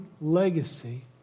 legacy